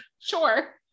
sure